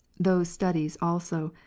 those studies also,